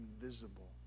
invisible